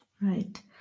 Right